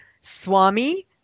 Swami